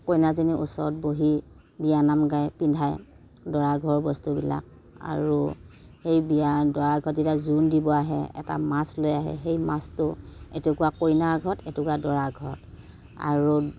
কইনাজনীৰ ওচৰত বহি বিয়ানাম গাই পিন্ধায় দৰাঘৰৰ বস্তুবিলাক আৰু সেই বিয়া দৰা ঘৰে যেতিয়া জোৰোণ দিব আহে এটা মাছ লৈ আহে সেই মাছটো এটুকুৰা কইনা ঘৰত এটুকুৰা দৰাৰ ঘৰত আৰু